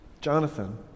Jonathan